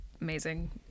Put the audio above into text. amazing